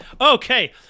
Okay